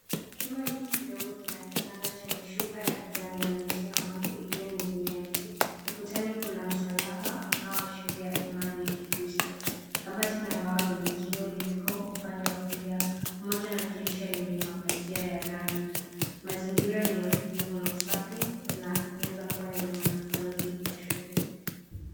Chumba hiki kidogo kina kitanda chenye shuka ya rangi ya kijani na neti ya mbu iliyoning'inia juu. Ukutani kuna msalaba unaoashiria imani ya kikiristo. Kabati la mbao lenye kioo liko upande wa kulia pamoja na dirisha lenye mapazia ya rangi .Mazingira ni ya utulivu na usafi na inaweza kuwa ni ya wanafunzi wa shule.